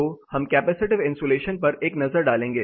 तो हम capacitive insulation पर एक नज़र डालेंगे